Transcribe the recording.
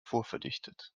vorverdichtet